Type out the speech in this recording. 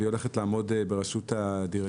והיא הולכת לעמוד בראשות הדירקטוריון.